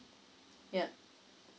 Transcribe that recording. ya